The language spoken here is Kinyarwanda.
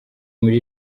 muri